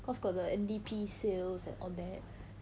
cause got the N_D_P sales and all that